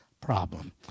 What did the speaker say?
problem